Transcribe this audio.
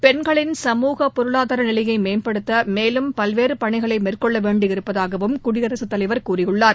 பெண்களின் சமூக பொருளாதார நிலையை மேம்படுத்த மேலும் பல்வேறு பணிகளை மேற்கொள்ள வேண்டியிருப்பதாகவும் குடியரசுத் தலைவர் கூறியுள்ளார்